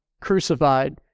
crucified